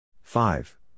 Five